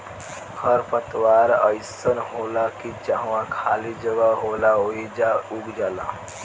खर पतवार अइसन होला की जहवा खाली जगह होला ओइजा उग जाला